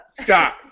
Scott